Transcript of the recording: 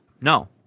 No